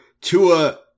Tua